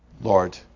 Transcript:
Lord